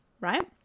right